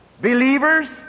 Believers